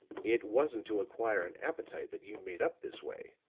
it wasn't to acquire an appetite that you made up this way.